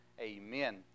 Amen